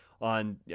on